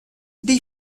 they